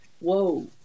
whoa